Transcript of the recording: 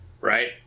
right